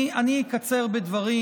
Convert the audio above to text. אני אקצר בדברים,